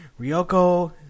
Ryoko